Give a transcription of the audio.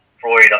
Freud